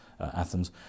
Athens